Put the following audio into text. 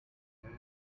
hand